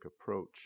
approach